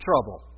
trouble